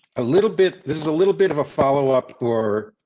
a little bit this is a little bit of a follow up or.